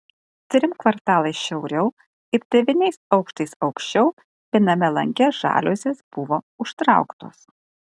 trim kvartalais šiauriau ir devyniais aukštais aukščiau viename lange žaliuzės buvo užtrauktos